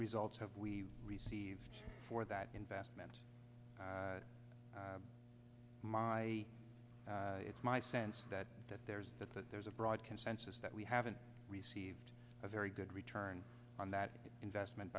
results have we received for that investment my it's my sense that that there's that there's a broad consensus that we haven't received a very good return on that investment